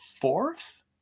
fourth